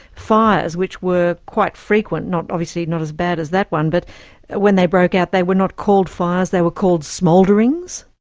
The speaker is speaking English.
fires, which were quite frequent, obviously not as bad as that one, but when they broke out they were not called fires, they were called smoulderings.